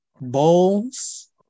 bowls